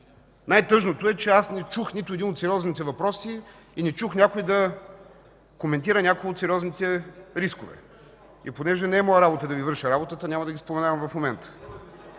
Най-тъжното е, че аз не чух нито един от сериозните въпроси и не чух някой да коментира някои от сериозните рискове. Понеже не е моя работа да Ви върша работата, няма да ги споменавам в момента.